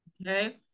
Okay